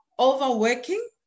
Overworking